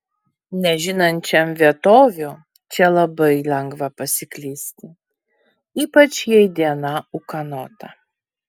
nežinančiam vietovių čia labai lengva pasiklysti ypač jei diena ūkanota